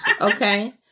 okay